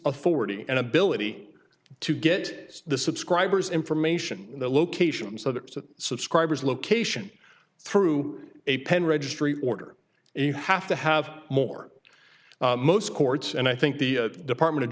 authority and ability to get the subscribers information the locations of the subscribers location through a pen registry order and you have to have more most courts and i think the department of